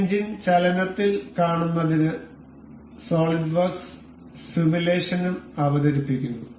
ഈ എഞ്ചിൻ ചലനത്തിൽ കാണുന്നതിന് സോളിഡ് വർക്ക്സ് സിമുലേഷനും അവതരിപ്പിക്കുന്നു